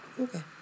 Okay